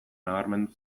nabarmendu